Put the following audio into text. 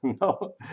No